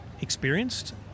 experienced